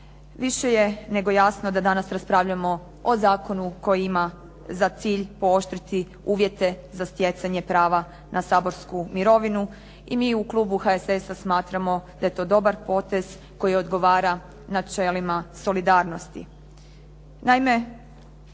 Više je nego jasno da danas raspravljamo o zakonu koji ima za cilj pooštriti uvjete za stjecanje prava na saborsku mirovinu. I mi u klubu HSS-a smatramo da je to dobar potez koji odgovara načelima solidarnosti.